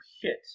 hit